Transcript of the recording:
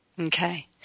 Okay